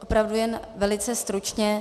Opravdu jen velice stručně.